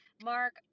Mark